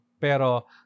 pero